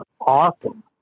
awesome